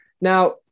now